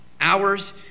Hours